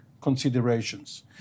considerations